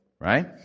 right